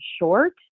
short